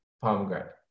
pomegranate